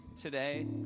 today